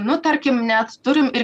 nu tarkim net turim ir